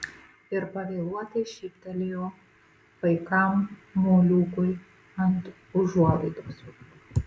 ir pavėluotai šyptelėjo paikam moliūgui ant užuolaidos